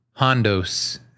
Hondos